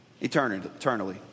eternally